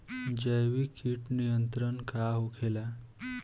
जैविक कीट नियंत्रण का होखेला?